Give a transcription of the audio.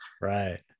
right